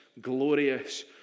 glorious